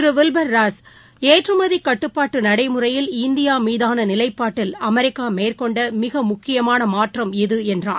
விவ்பர் Ross ஏற்றுமதிகட்டுப்பாட்டுநடைமுறையில் இந்தியாமீதானநிலைபாட்டில் அமெரிக்காமேற்கொண்டமிகமுக்கியமானமாற்றம் இது என்றார்